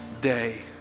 day